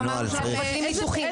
איפה אמרנו שאנחנו מבטלים ניתוחים?